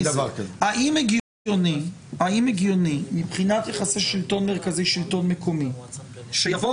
האם הגיוני מבחינת יחסי שלטון מרכזי ושלטון מקומי שיבוא